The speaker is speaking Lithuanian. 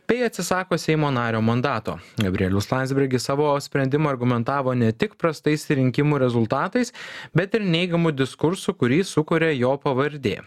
bei atsisako seimo nario mandato gabrielius landsbergis savo sprendimą argumentavo ne tik prastais rinkimų rezultatais bet ir neigiamu diskursu kurį sukuria jo pavardė